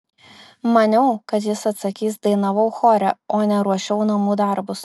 maniau kad jis atsakys dainavau chore o ne ruošiau namų darbus